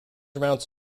amounts